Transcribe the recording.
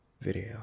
video